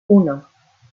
uno